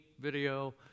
video